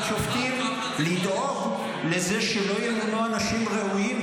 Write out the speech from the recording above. שופטים לדאוג לזה שלא ימונו אנשים ראויים,